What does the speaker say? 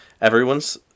Everyone's